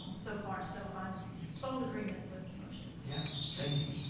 so far so i'm total agreement with the motion. yeah thank you,